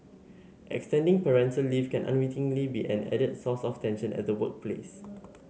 extending parental leave can unwittingly be an added source of tension at the workplace